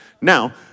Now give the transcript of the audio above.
Now